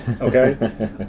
Okay